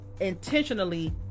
intentionally